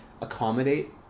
accommodate